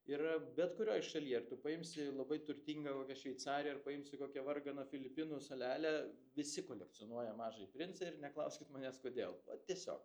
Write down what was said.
yra bet kurioj šaly ar tu paimsi labai turtingą kokią šveicariją ar paimsi kokią varganą filipinų salelę visi kolekcionuoja mažąjį princą ir neklauskit manęs kodėl tiesiog